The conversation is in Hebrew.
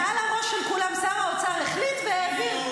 מעל הראש של כולם שר האוצר החליט והעביר.